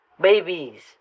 babies